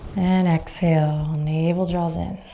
and exhale. navel draws in.